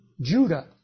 Judah